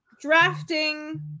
drafting